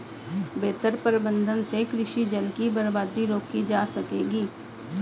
बेहतर प्रबंधन से कृषि जल की बर्बादी रोकी जा सकेगी